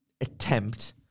attempt